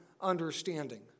understanding